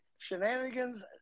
shenanigans